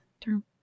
term